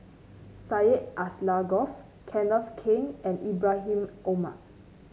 Syed Alsagoff Kenneth Keng and Ibrahim Omar